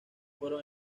fueron